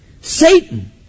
Satan